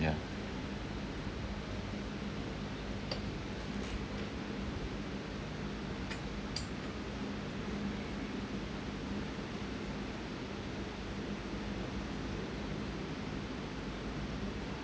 yeah